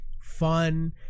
fun